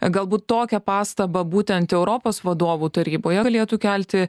galbūt tokią pastabą būtent europos vadovų taryboje galėtų kelti